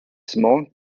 small